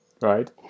right